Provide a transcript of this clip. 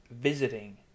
visiting